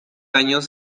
años